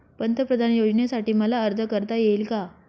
पंतप्रधान योजनेसाठी मला अर्ज करता येईल का?